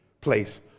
place